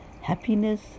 happiness